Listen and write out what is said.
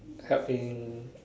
help him